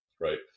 Right